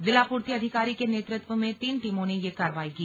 जिला पूर्ति अधिकारी के नेतृत्व में तीन टीमों ने ये कार्रवाई की